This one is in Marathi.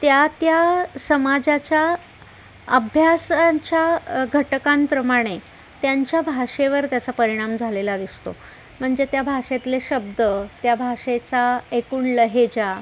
त्या त्या समाजाच्या अभ्यासांच्या घटकांप्रमाणे त्यांच्या भाषेवर त्याचा परिणाम झालेला दिसतो म्हणजे त्या भाषेतले शब्द त्या भाषेचा एकूण लहेजा